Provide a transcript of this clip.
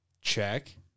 Check